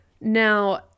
Now